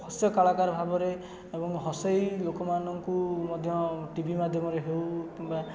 ହାସ୍ୟ କଳାକାର ଭାବରେ ଏବଂ ହସେଇ ଲୋକମାନଙ୍କୁ ମଧ୍ୟ ଟିଭି ମାଧ୍ୟମରେ ହେଉ କିମ୍ବା